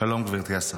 שלום גברתי השרה.